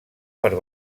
per